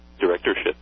directorship